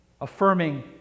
affirming